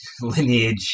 lineage